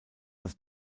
das